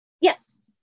Yes